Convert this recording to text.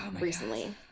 recently